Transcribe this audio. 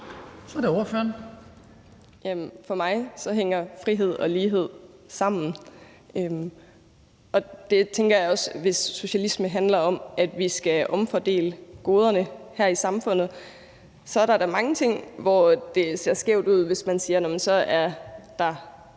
Anne Hegelund (EL): For mig hænger frihed og lighed sammen. Der tænker jeg også, at hvis socialisme handler om, at vi skal omfordele goderne her i samfundet, så er der da mange steder, hvor det ser skævt ud, hvis man siger: Der er nogle,